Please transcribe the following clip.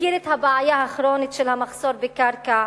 מכיר את הבעיה הכרונית של מחסור בקרקע,